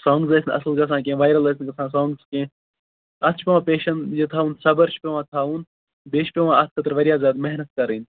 songs ٲسۍ نہٕ اصل گَژھان کیٚنٛہہ وایرَل ٲسۍ نہٕ گَژھان سونگٕس کیٚنٛہہ اَتھ چھُ پیوان پیشَنس یہِ تھاوُن صَبر چھُ پیوان تھاوُن بییٚہِ چھِ پیوان اَتھ خٲطرٕ واریاہ زیادٕ محنت کَرٕنۍ